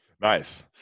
Nice